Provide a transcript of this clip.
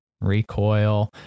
recoil